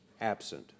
absent